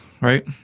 right